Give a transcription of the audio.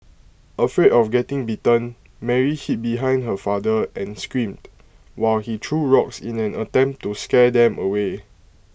afraid of getting bitten Mary hid behind her father and screamed while he threw rocks in an attempt to scare them away